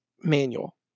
manual